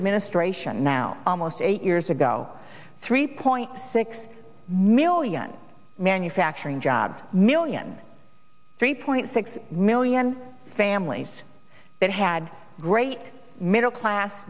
administration now almost eight years ago three point six million manufacturing jobs million three point six million families that had great middle class